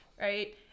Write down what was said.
right